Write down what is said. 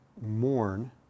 mourn